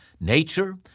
nature